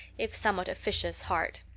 if somewhat officious, heart.